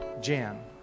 Jan